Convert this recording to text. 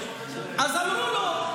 אז אמרו לו: